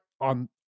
on